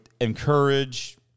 encourage